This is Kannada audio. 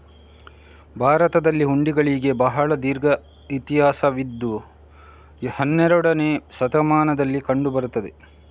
ಭಾರತದಲ್ಲಿ ಹುಂಡಿಗಳಿಗೆ ಬಹಳ ದೀರ್ಘ ಇತಿಹಾಸ ಇದ್ದು ಹನ್ನೆರಡನೇ ಶತಮಾನದಲ್ಲಿ ಕಂಡು ಬರುತ್ತದೆ